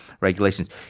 regulations